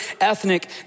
ethnic